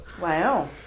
Wow